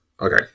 Okay